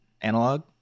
analog